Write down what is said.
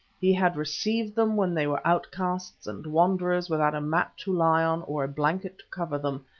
he had received them when they were outcasts and wanderers without a mat to lie on, or a blanket to cover them,